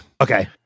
Okay